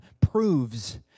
proves